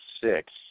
six